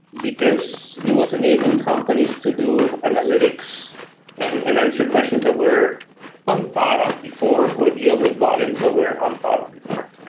because it was enabling companies to do analytics and and answer questions that were un-thought un-thought off before or deal with volumes that were un-thought off before.